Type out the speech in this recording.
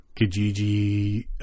Kijiji